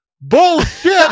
bullshit